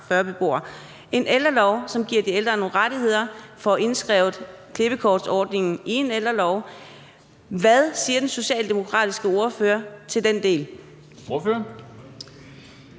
en ældrelov, som giver de ældre nogle rettigheder, og hvor klippekortsordningen bliver indskrevet. Hvad siger den socialdemokratiske ordfører til den del? Kl.